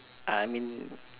uh I mean